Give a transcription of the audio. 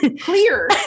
clear